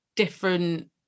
different